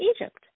Egypt